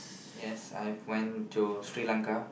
yes I have went to Sri-Lanka